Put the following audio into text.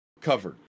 covered